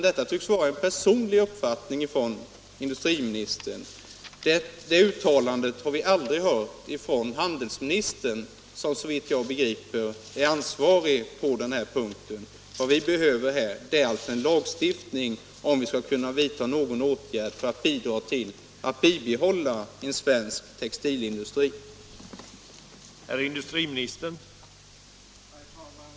Detta tycks vara en personlig uppfattning hos industriministern — det uttalandet har vi aldrig hört av handelsministern, som såvitt jag begriper är ansvarig på den här punkten. Vad vi behöver, om vi skall kunna bidra till att bibehålla en svensk textilindustri, är därför en lagstiftning.